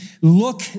look